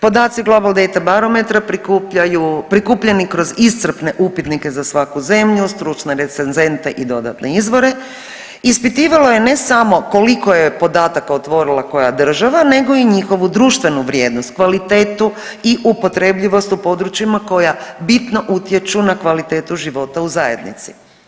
Podaci Globl Date-a Barometara prikupljeni kroz iscrpne upitnike za svaku zemlju stručne recenzente i dodatne izvore ispitivalo je ne samo koliko je podataka otvorila koja država nego i njegovu društvenu vrijednost, kvalitetu i upotrebljivost u područjima koja bitno utječu na kvalitetu života u zajednici.